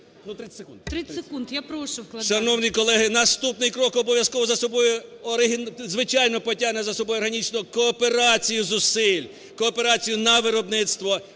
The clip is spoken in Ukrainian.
Шановні колеги, наступний крок, обов'язково за собою, звичайно, потягне за собою органічну кооперацію зусиль, кооперацію на виробництво,